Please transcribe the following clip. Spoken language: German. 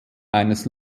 eines